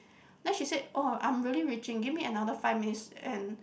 then she said oh I'm really reaching give me another five minutes and